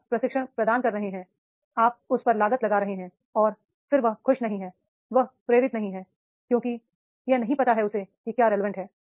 आप प्रशिक्षण प्रदान कर रहे हैं आप उस पर लागत लगा रहे हैं और फिर वह खुश नहीं है वह प्रेरित नहीं है क्योंकि यह नहीं पता है उसे कि क्या रिलेवेंट है